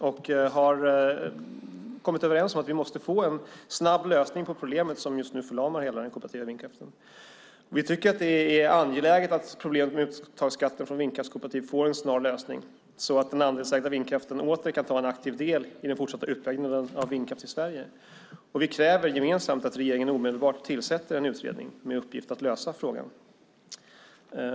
Vi har kommit överens om att vi måste få en snabb lösning på det problem som förlamar hela den kooperativa vindkraften. Det är angeläget att problemet med uttagsskatt på vindkraftskooperativ får en snar lösning så att den andelsägda vindkraften åter kan ta en aktiv del i den fortsatta utbyggnaden av vindkraft i Sverige. Vi kräver gemensamt att regeringen omedelbart tillsätter en utredning med uppgift att lösa frågan.